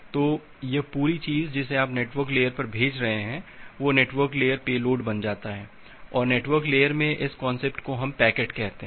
तो यह पूरी चीज जिसे आप नेटवर्क लेयर पर भेज रहे हैं वह नेटवर्क लेयर पेलोड बन जाता है और नेटवर्क लेयर में इस कॉन्सेप्ट को हम पैकेट कहते हैं